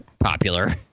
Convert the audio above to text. popular